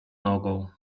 nogą